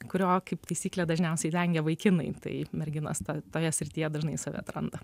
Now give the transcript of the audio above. kurio kaip taisyklė dažniausiai vengia vaikinai tai merginos toje srityje dažnai save atranda